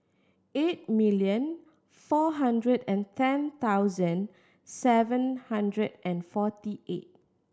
eight million four hundred and ten thousand seven hundred and forty eight